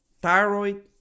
thyroid